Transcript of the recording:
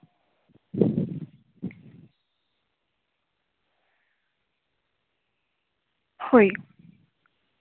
ᱦᱳᱭ